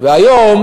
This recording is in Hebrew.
והיום